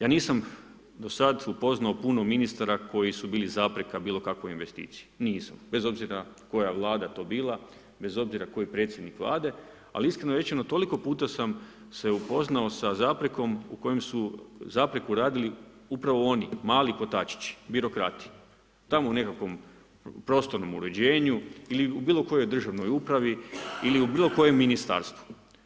Ja nisam do sad upoznao puno ministara koji su bili zapreka bilokakvoj investicija, nisam, bez obzira koja Vlada to bila, bez obzir koji predsjednik Vlade ali iskreno rečeno, toliko puta sam se upoznao sa zaprekom u kojoj su zapreku radili upravo oni, mali kotačići, birokrati, tamo u nekakvom prostornom uređenju ili u bilokojoj državnoj upravi ili u bilokojem ministarstvu.